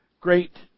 Great